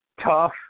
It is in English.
tough